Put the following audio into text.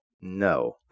No